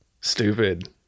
Stupid